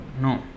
No